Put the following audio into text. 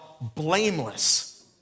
blameless